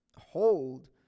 Hold